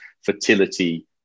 fertility